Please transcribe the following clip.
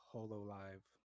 HoloLive